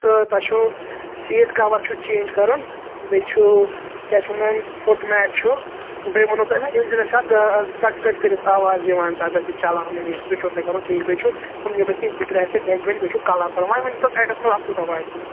تہٕ تۄہہِ چھُو سیٖٹ کَوَر چھِو چینٛج کَرُن بیٚیہِ چھُ کیٛاہ چھِ وَنان فُٹ میٹ چھُ بیٚیہِ ووٚنوٕ تۄہہِ مےٚ اِنجَنَس چھُ کَٹ کَٹ کٔرِتھ آواز یِوان تتھ چَلاونہِ وِز سُہ چھُو تۄہہِ کَرُن ٹھیٖک بیٚیہِ چھُو ہُم نیٚبِرۍ کِنۍ سِکریچ تہٕ ڈیٚنٹ ویٚنٹ بیٚیہِ چھُو کَلَر کَرُن وۅنۍ ؤنۍتو ژھیٚٚٹِس مَنٛز اَتھ کوتاہ واتوٕ